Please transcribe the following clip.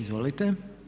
Izvolite.